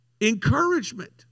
Encouragement